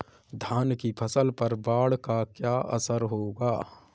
धान की फसल पर बाढ़ का क्या असर होगा?